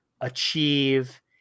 achieve